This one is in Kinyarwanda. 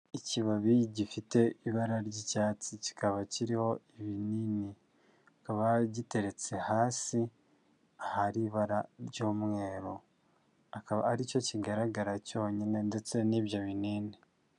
Ikibabi gifite ibara ry'icyatsi kikaba kiriho ibinini, kikaba giteretse hasi hari ibara ry'umweru, akaba aricyo kigaragara cyonyine ndetse n'ibyo binini.